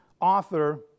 author